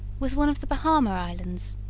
was one of the bahama islands,